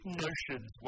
notions